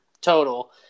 total